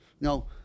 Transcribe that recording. No